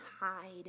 hide